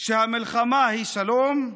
שהמלחמה היא שלום,